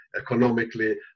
economically